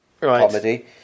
comedy